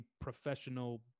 professional